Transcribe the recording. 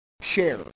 share